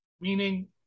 Meaning